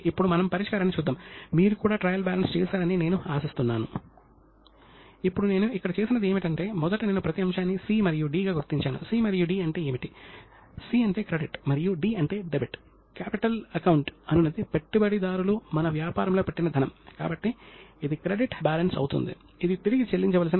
కానీ పాశ్చాత్య దేశాల విషయానికి వస్తే పాశ్చాత్య దేశాలు అకౌంటింగ్ లో చాలా కాలం తరువాత అభివృద్ధి చెందాయి